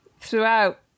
throughout